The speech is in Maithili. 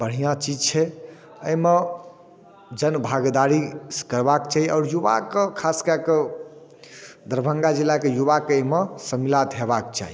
बढ़िआँ चीज छै अइमे जन भागीदारी करबाके चाही आओर युवाके खास कए कऽ दरभंगा जिलाके युवाके अइमे सम्मिलात हेबाके चाही